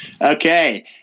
Okay